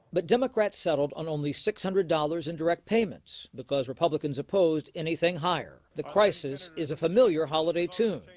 but democrats settled on only six hundred dollars in direct payments. because republicans opposed anything higher. the crisis is a familiar holiday tune.